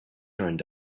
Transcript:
and